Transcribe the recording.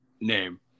name